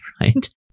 right